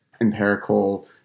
empirical